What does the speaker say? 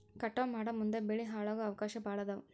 ಕಟಾವ ಮಾಡುಮುಂದ ಬೆಳಿ ಹಾಳಾಗು ಅವಕಾಶಾ ಭಾಳ ಅದಾವ